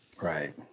Right